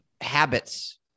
habits